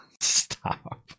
Stop